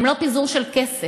הם לא פיזור של כסף,